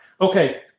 Okay